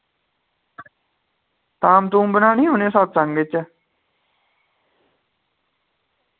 धाम धूम बनानी उ'नै सतसंग बिच